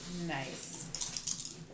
Nice